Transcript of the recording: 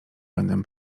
będę